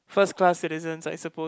first class citizens I suppose